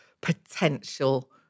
potential